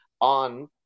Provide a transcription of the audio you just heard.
on